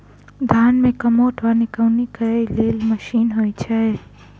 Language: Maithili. धान मे कमोट वा निकौनी करै लेल केँ मशीन होइ छै?